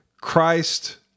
Christ